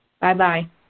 Bye-bye